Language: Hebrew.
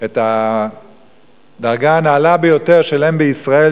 את הדרגה הנעלה ביותר של אם בישראל,